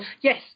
Yes